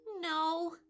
No